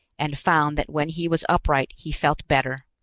and found that when he was upright he felt better.